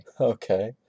Okay